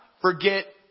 forget